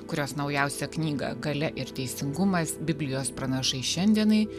kurios naujausią knygą galia ir teisingumas biblijos pranašai šiandienai